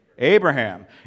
Abraham